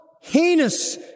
heinous